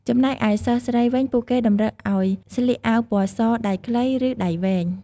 ចំណែកឯសិស្សស្រីវិញ ពួកគេតម្រូវឲ្យស្លៀកអាវពណ៌ស ដៃខ្លី ឬដៃវែង។